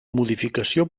modificació